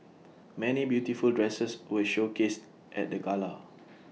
many beautiful dresses were showcased at the gala